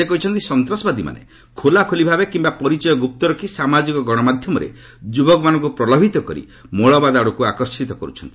ସେ କହିଛନ୍ତି ସନ୍ତାସବାଦୀମାନେ ଖୋଲାଖୋଲି ଭାବେ କିମ୍ବା ପରିଚୟ ଗୁପ୍ତ ରଖି ସାମାଜିକ ଗଣମାଧ୍ୟମରେ ଯୁବକମାନଙ୍କୁ ପ୍ରଲୋଭିତ କରି ମୌଳବାଦ ଆଡ଼କୁ ଆକର୍ଷିତ କରୁଛନ୍ତି